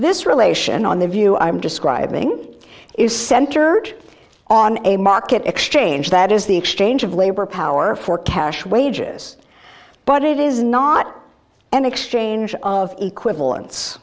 this relation on the view i am describing is centered on a market exchange that is the exchange of labor power for cash wages but it is not an exchange of equivalen